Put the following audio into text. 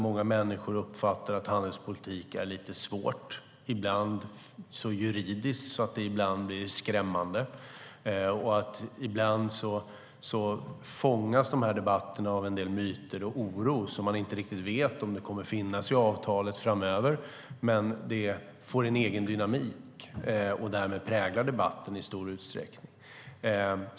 Många människor uppfattar att handelspolitik är lite svårt och ibland så juridiskt att det blir skrämmande. Ibland fångas debatterna av en del myter och oro som man inte riktigt vet om de kommer att finnas i avtalet framöver. Detta får en egen dynamik och präglar därmed debatten i stor utsträckning.